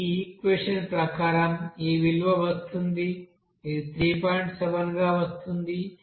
ఈ ఈక్వెషన్ ప్రకారం ఈ విలువ వస్తుంది ఇది 3